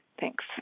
Thanks